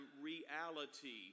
reality